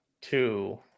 two